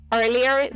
earlier